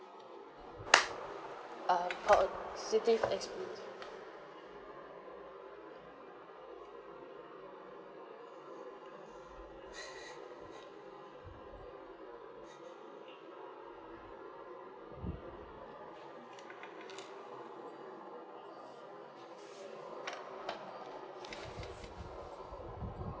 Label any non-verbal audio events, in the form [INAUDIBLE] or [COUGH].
uh positive experience [LAUGHS]